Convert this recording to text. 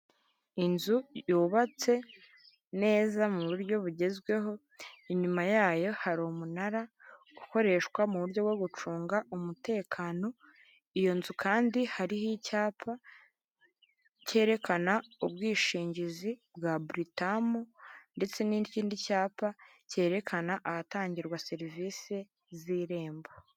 Inzu yubatse neza mu buryo bugezweho, inyuma yayo hari umunara ukoreshwa mu buryo bwo gucunga umutekano, iyo nzu kandi hariho icyapa cyerekana ubwishingizi bwa buritamu ndetse n'ikindi cyapa cyerekana ahatangirwa serivisi z'irembo.